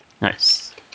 Nice